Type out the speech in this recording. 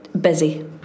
busy